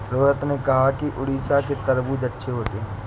रोहित ने कहा कि उड़ीसा के तरबूज़ अच्छे होते हैं